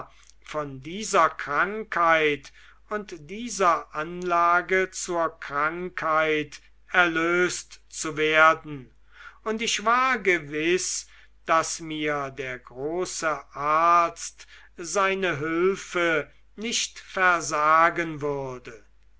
von dieser krankheit und dieser anlage zur krankheit erlöst zu werden und ich war gewiß daß mir der große arzt seine hülfe nicht versagen würde